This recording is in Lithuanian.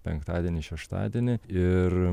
penktadienį šeštadienį ir